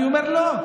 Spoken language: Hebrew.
אני אומר: לא.